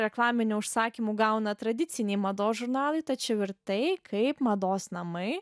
reklaminių užsakymų gauna tradiciniai mados žurnalai tačiau ir tai kaip mados namai